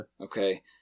Okay